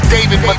David